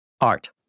art